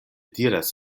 diras